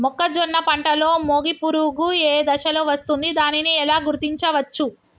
మొక్కజొన్న పంటలో మొగి పురుగు ఏ దశలో వస్తుంది? దానిని ఎలా గుర్తించవచ్చు?